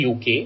UK